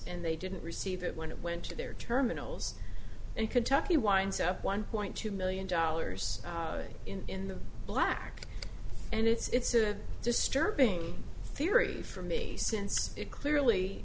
and they didn't receive it when it went to their terminals and kentucky winds up one point two million dollars in the black and it's a disturbing theory for me since it clearly